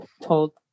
told